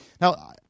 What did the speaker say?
Now